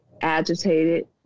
agitated